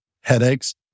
headaches